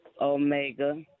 Omega